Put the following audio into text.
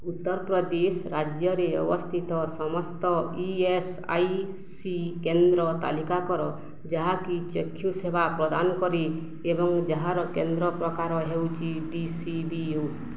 ଉତ୍ତରପ୍ରଦେଶ ରାଜ୍ୟରେ ଅବସ୍ଥିତ ସମସ୍ତ ଇ ଏସ୍ ଆଇ ସି କେନ୍ଦ୍ର ତାଲିକା କର ଯାହାକି ଚକ୍ଷୁ ସେବା ପ୍ରଦାନ କରି ଏବଂ ଯାହାର କେନ୍ଦ୍ର ପ୍ରକାର ହେଉଛି ଡି ସି ବି ଓ